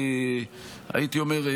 הייתי אומר,